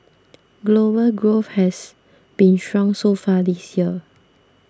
global growth has been strong so far this year